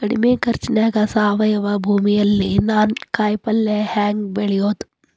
ಕಡಮಿ ಖರ್ಚನ್ಯಾಗ್ ಸಾವಯವ ಭೂಮಿಯಲ್ಲಿ ನಾನ್ ಕಾಯಿಪಲ್ಲೆ ಹೆಂಗ್ ಬೆಳಿಯೋದ್?